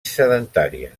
sedentària